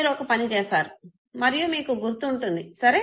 మీరు ఒక పని చేసారు మరియు మీకు గుర్తు ఉంటుంది సరే